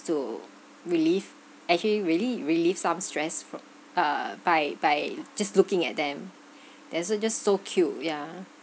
to relieve actually really relieve some stress fr~ uh by by just looking at them they are so just so cute yeah